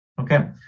Okay